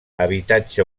habitatge